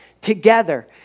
together